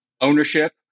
ownership